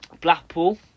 Blackpool